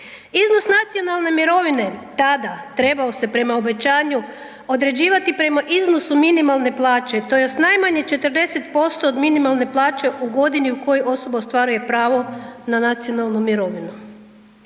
Iznos nacionalne mirovine tada trebao se prema obećanju određivati prema iznosu minimalne plaće, tj. najmanje 40% od minimalne plaće u godini u kojoj osoba ostvaruje pravo na nacionalnu mirovinu.